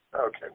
okay